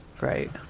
Right